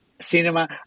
cinema